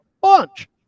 bunch